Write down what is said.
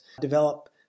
develop